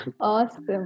awesome